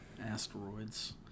Asteroids